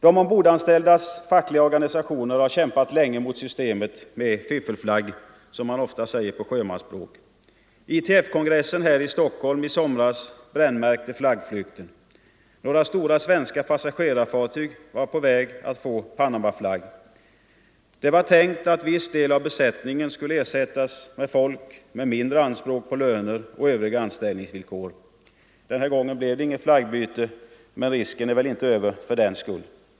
De ombordanställdas fackliga organisationer har kämpat länge mot systemet med ”fiffelflagg”, som man ofta säger på sjömansspråk. ITF-kongressen här i Stockholm i somras brännmärkte flaggflykten. Några stora svenska passagerarfartyg var på väg att få Panamaflagg. Det var tänkt att viss del av besättningen skulle ersättas med folk med mindre anspråk på löner och övriga anställningsvillkor. Den här gången blev det inget flaggbyte, men risken är väl inte över fördenskull.